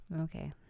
Okay